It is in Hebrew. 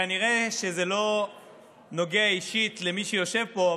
כנראה שזה לא נוגע אישית למי שיושב פה,